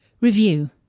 Review